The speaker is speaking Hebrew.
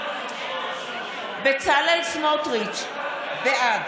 (קוראת בשמות חברי הכנסת) בצלאל סמוטריץ' בעד